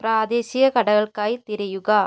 പ്രാദേശിക കടകൾക്കായി തിരയുക